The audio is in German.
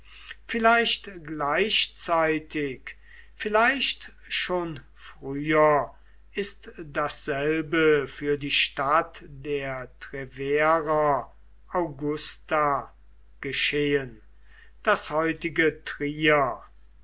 vielleicht gleichzeitig vielleicht schon früher ist dasselbe für die stadt der treverer augusta geschehen das heutige trier